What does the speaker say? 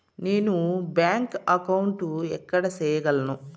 నేను bank account ఎక్కడ సేయగలను